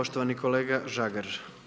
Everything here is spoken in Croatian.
Poštovani kolega Žagar.